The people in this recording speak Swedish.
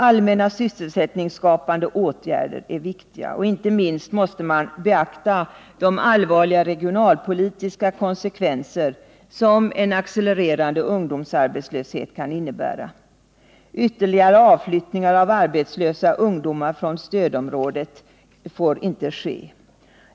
Allmänna sysselsättningsskapande åtgärder är viktiga. Inte minst måste man beakta de allvarliga regionalpolitiska konsekvenser som en accelererande ungdomsarbetslöshet kan innebära. Ytterligare avflyttningar av arbetslösa ungdomar från stödområdet får inte ske.